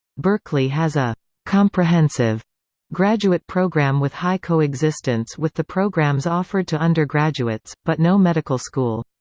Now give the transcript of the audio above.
berkeley has a comprehensive graduate program with high coexistence with the programs offered to undergraduates, but no medical school.